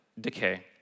decay